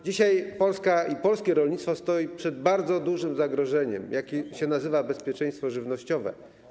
Dzisiaj Polska i polskie rolnictwo stoją przed bardzo dużym zagrożeniem, które nazywa się bezpieczeństwo żywnościowe.